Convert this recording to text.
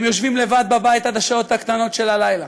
הם יושבים לבד בבית עד השעות הקטנות של הלילה,